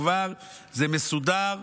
כבר זה מסודר,